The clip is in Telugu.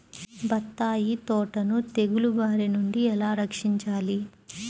బత్తాయి తోటను తెగులు బారి నుండి ఎలా రక్షించాలి?